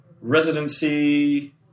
residency